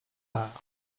part